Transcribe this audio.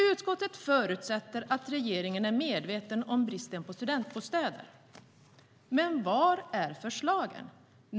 Utskottet förutsätter att regeringen är medveten om bristen på studentbostäder, men var är förslagen?